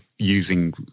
Using